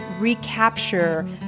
recapture